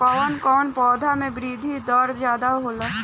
कवन कवने पौधा में वृद्धि दर ज्यादा होला?